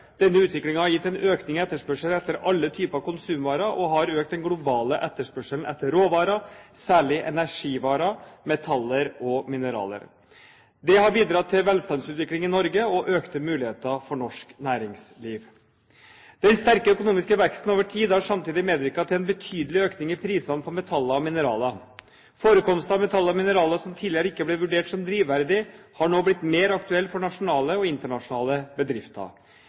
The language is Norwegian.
Denne utviklingen har gitt en økning i etterspørselen etter alle typer konsumvarer og økt den globale etterspørselen etter råvarer, særlig energivarer, metaller og mineraler. Det har bidratt til velstandsutvikling i Norge og økte muligheter for norsk næringsliv. Den sterke økonomiske veksten over tid har samtidig medvirket til en betydelig økning i prisene på metaller og mineraler. Forekomster av metaller og mineraler som tidligere ikke ble vurdert som drivverdige, har nå blitt mer aktuelle for nasjonale og internasjonale bedrifter.